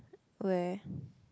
where